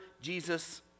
Jesus